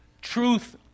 Truth